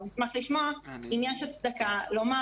אנחנו נשמח לשמוע אם יש הצדקה לומר